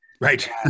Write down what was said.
Right